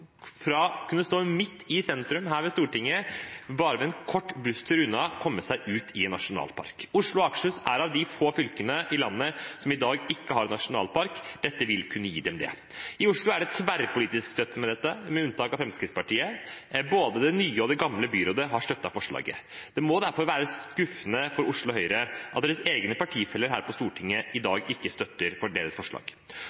kunne stå midt i sentrum her ved Stortinget og bare ved en kort busstur unna komme seg ut i en nasjonalpark. Oslo og Akershus er av de få fylkene i landet som i dag ikke har en nasjonalpark. Dette vil kunne gi dem det. I Oslo er det tverrpolitisk støtte til dette, med unntak av Fremskrittspartiet. Både det nye og det gamle byrådet har støttet forslaget. Det må derfor være skuffende for Oslo Høyre at deres egne partifeller på Stortinget i dag